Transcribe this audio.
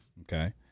Okay